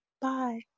Bye